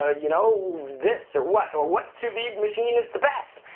ah you know, this, or what or what sous vide machine is the best?